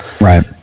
Right